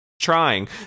Trying